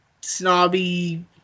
snobby